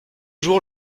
jours